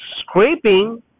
scraping